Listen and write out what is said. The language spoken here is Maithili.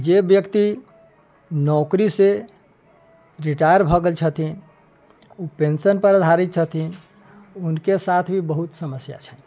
जे व्यक्ति नोकरीसँ रिटायर भऽ गेल छथिन ओ पेन्शनपर आधारित छथिन हुनके साथ भी बहुत समस्या छन्हि